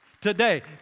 today